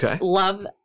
love